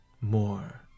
more